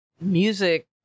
music